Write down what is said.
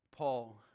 Paul